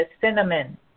cinnamon